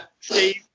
Steve